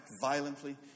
violently